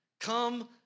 come